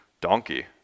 donkey